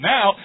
Now